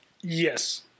Yes